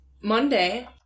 Monday